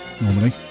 normally